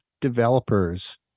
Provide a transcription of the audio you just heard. developers